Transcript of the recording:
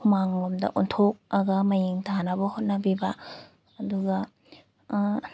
ꯍꯨꯃꯥꯡ ꯂꯣꯝꯗ ꯑꯣꯟꯊꯣꯛꯑꯒ ꯃꯌꯦꯡ ꯇꯥꯅꯕ ꯍꯣꯠꯅꯕꯤꯕ ꯑꯗꯨꯒ